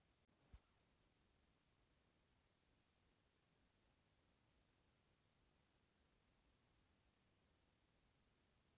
चालू खाता खोलवैबे के लेल केना सब कागज लगतै किन्ने सेहो बताऊ?